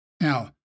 Now